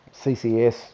ccs